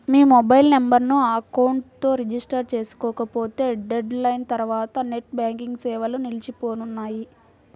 మీ mobile నెంబర్ను account తో register చేసుకోకపోతే డెడ్ లైన్ తర్వాత నెట్ బ్యాంకింగ్ సేవలు నిలిచిపోనున్నాయి